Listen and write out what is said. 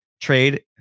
trade